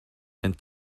and